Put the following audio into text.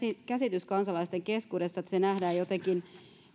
käsitys kansalaisten keskuudessa että se nähdään jotenkin